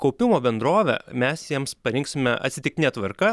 kaupimo bendrovę mes jiems parinksime atsitiktine tvarka